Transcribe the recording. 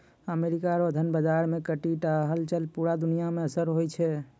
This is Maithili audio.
अमेरिका रो धन बाजार मे कनी टा हलचल पूरा दुनिया मे असर छोड़ै छै